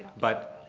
but,